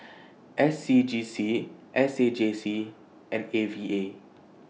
S C G C S A J C and A V A